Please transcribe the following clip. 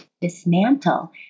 dismantle